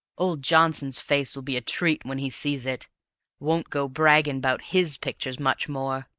old johnson's face will be a treat when he sees it won't go bragging about his pictures much more.